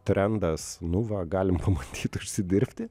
trendas nu va galim pabandyt užsidirbti